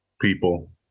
people